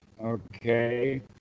okay